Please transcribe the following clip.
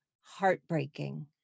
heartbreaking